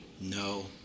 No